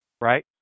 Right